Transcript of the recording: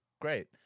Great